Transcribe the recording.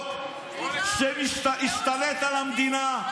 שוטר שלך מעדיף לקבל,